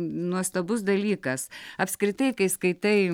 nuostabus dalykas apskritai kai skaitai